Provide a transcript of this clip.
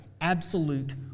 absolute